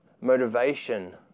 motivation